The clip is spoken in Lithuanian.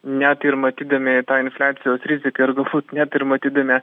net ir matydami tą infliacijos riziką ir galbūt net ir matydami